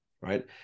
right